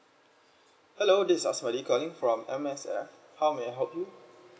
hello this is asmadi calling from M_S_F how may I help you